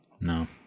No